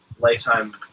lifetime